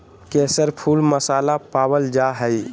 केसर फुल मसाला पावल जा हइ